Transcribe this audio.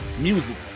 music